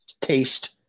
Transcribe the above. taste